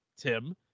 Tim